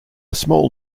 small